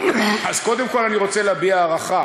אז קודם כול, אני רוצה להביע הערכה